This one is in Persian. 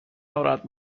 ناراحت